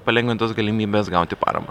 palengvintos galimybės gauti paramą